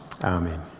amen